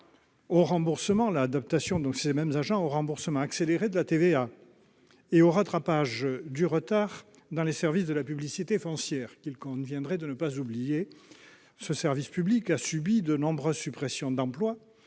au remboursement accéléré de la TVA et au rattrapage du retard dans les services de la publicité foncière, qu'il conviendrait de ne pas oublier. Ce service public a subi de nombreuses suppressions d'emplois.